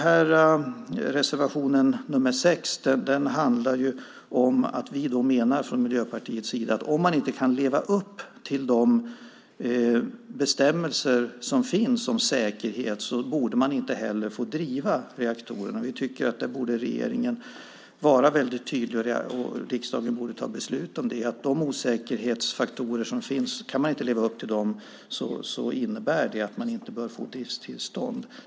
I reservation nr 6 menar vi från Miljöpartiets sida att om man inte kan leva upp till de bestämmelser som finns om säkerhet borde man inte heller få driva reaktorerna. Regeringen borde vara väldigt tydlig där. Riksdagen borde fatta beslut om att om man inte kan leva upp till reglerna om de osäkerhetsfaktorer som finns innebär det att man inte bör få driftstillstånd.